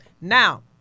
Now